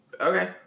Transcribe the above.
Okay